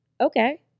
okay